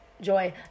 joy